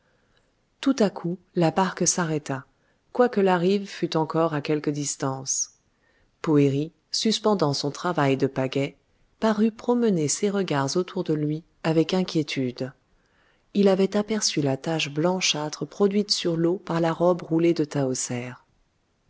tout à coup la barque s'arrêta quoique la rive fût encore à quelque distance poëri suspendant son travail de pagaie parut promener ses regards autour de lui avec inquiétude il avait aperçu la tache blanchâtre produite sur l'eau par la robe roulée de